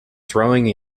throwing